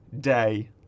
Day